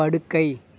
படுக்கை